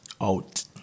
Out